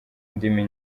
indimi